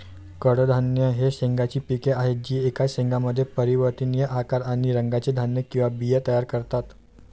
कडधान्ये ही शेंगांची पिके आहेत जी एकाच शेंगामध्ये परिवर्तनीय आकार आणि रंगाचे धान्य किंवा बिया तयार करतात